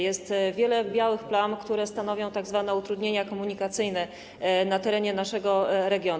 Jest wiele białych plam, które stanowią tzw. utrudnienia komunikacyjne na terenie naszego regionu.